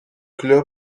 clube